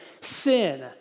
sin